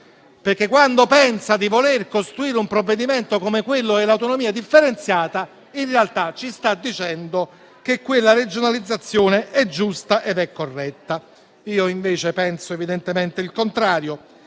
mesi. Quando pensa di voler costruire un provvedimento come quello sull'autonomia differenziata, in realtà ci sta dicendo che quella regionalizzazione è giusta ed è corretta. Io penso evidentemente il contrario